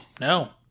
No